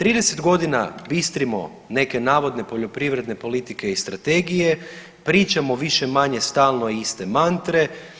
30 godina bistrimo neke navodne poljoprivredne politike i strategije, pričamo više-manje stalno iste mantre.